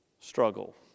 struggle